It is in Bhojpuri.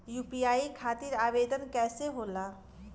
यू.पी.आई खातिर आवेदन कैसे होला?